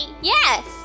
yes